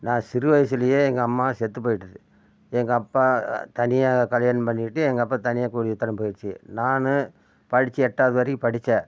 நா சிறு வயசுலயே எங்கள் அம்மா செத்து போய்ட்டுது எங்கள் அப்பா தனியாக கல்யாணம் பண்ணிக்கிட்டு எங்கள் அப்பா தனியாக போய் குடித்தனம் போயிடுச்சி நான் படித்தேன் எட்டாவது வரைக்கும் படித்தேன்